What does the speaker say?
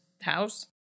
house